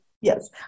Yes